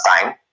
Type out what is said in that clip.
time